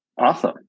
Awesome